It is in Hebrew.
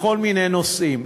לכל מיני נושאים.